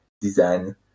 design